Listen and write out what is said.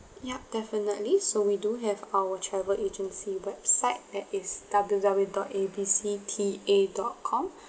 yup infinitely so we do have our travel agency website that is W W dot A B C T A dot com